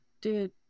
Dude